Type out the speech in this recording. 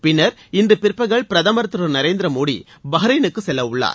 பின்னர் இன்று பிற்பகல் பிரதமர் திரு நரேந்திர மோடி பஹ்ரைனுக்கு செல்ல உள்ளார்